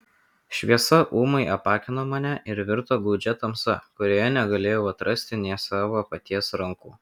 šviesa ūmai apakino mane ir virto gūdžia tamsa kurioje negalėjau atrasti nė savo paties rankų